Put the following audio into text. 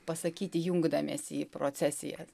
pasakyti jungdamiesi į procesijas